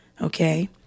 okay